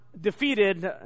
defeated